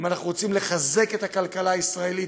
אם אנחנו רוצים לחזק את הכלכלה הישראלית,